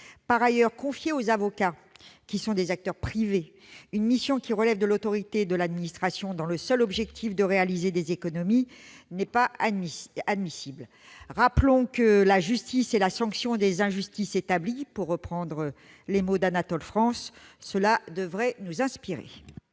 Par ailleurs, confier aux avocats, qui sont des acteurs privés, une mission relevant de l'autorité de l'administration, dans le seul objectif de réaliser des économies, n'est pas admissible. Rappelons que « la justice est la sanction des injustices établies », pour reprendre les mots d'Anatole France, qui devraient nous inspirer.